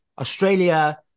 Australia